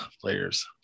players